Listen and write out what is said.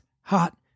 hot